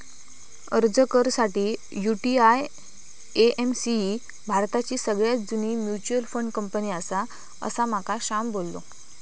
अर्ज कर साठी, यु.टी.आय.ए.एम.सी ही भारताची सगळ्यात जुनी मच्युअल फंड कंपनी आसा, असा माका श्याम बोललो